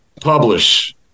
publish